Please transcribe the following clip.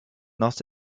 not